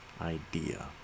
idea